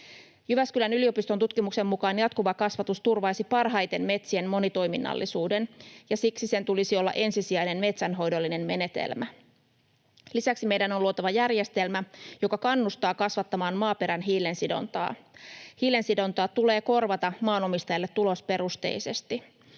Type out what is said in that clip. Jyväskylän yliopiston tutkimuksen mukaan jatkuva kasvatus turvaisi parhaiten metsien monitoiminnallisuuden, ja siksi sen tulisi olla ensisijainen metsänhoidollinen menetelmä. Lisäksi meidän on luotava järjestelmä, joka kannustaa kasvattamaan maaperän hiilensidontaa. Hiilensidontaa tulee korvata maanomistajalle tulosperusteisesti.